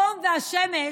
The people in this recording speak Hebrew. החום והשמש,